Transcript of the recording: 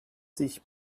sich